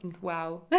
wow